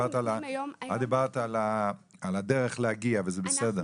דיברת על הדרך להגיע, וזה בסדר.